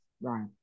right